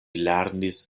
lernis